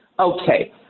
Okay